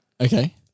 Okay